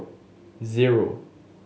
zero